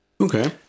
Okay